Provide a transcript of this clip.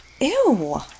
Ew